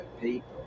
people